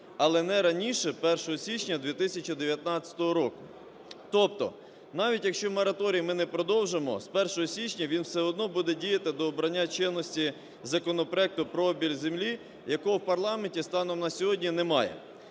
але не раніше 1 січня 2019 року. Тобто, навіть якщо мораторій ми не продовжимо, з 1 січня він все одно буде діяти до обрання чинності законопроекту про обіг землі, якого в парламенті станом на сьогодні немає.